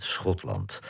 Schotland